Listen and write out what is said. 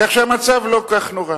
כך שהמצב לא כל כך נורא.